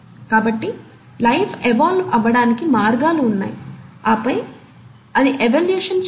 కాబట్టి life evolve అవ్వడానికి మార్గాలు ఉన్నాయి ఆపై అది ఎవల్యూషన్ చెందదు